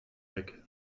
weg